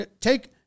Take